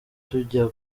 tujya